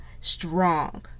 strong